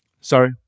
sorry